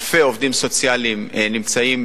אלפי עובדים סוציאליים נמצאים